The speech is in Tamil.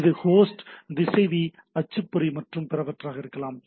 இது ஹோஸ்ட் திசைவி அச்சுப்பொறி மற்றும் பிறவற்றாக இருக்கலாம்